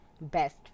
best